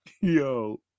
Yo